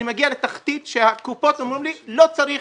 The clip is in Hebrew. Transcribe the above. אני מגיע לתחתית שהקופות אומרות לי שלא צריך